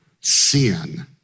Sin